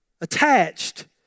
attached